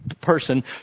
person